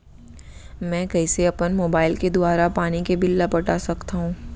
मैं कइसे अपन मोबाइल के दुवारा पानी के बिल ल पटा सकथव?